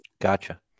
Gotcha